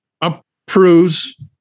approves